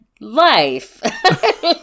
life